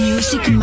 Music